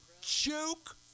Joke